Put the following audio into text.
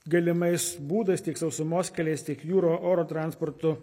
galimais būdais tiek sausumos keliais tiek jūra oro transportu